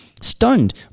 Stunned